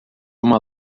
uma